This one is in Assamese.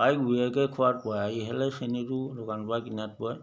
প্ৰায় খোৱাত পৰে ইহেলে চেনীটো দোকানৰ পৰা কিনাত পৰে